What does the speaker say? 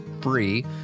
free